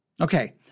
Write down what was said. Okay